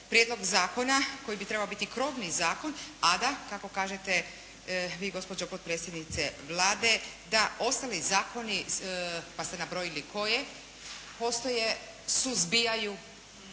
prijedlog zakona koji bi trebao biti krovni zakon, a da kako kažete vi gospođo potpredsjednice Vlade, da ostali zakoni, pa ste nabrojili koje, postoje, suzbijaju